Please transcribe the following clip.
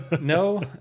No